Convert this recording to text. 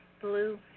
blue